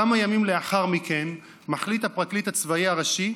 כמה ימים לאחר מכן החליט הפרקליט הצבאי הראשי,